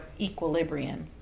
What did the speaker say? equilibrium